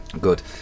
Good